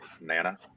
Nana